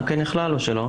זה גם נכלל או לא?